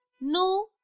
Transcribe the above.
No